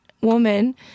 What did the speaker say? woman